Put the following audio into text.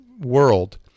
world